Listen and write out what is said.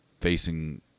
facing